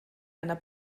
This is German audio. einer